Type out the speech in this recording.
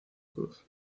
cruz